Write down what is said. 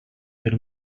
per